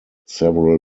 several